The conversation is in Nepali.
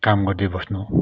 काम गर्दै बस्नु